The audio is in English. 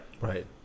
right